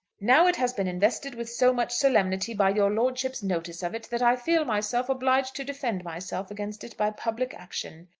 now it has been invested with so much solemnity by your lordship's notice of it that i feel myself obliged to defend myself against it by public action.